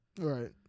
Right